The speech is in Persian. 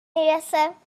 بنظرم